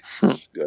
Good